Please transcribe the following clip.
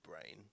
brain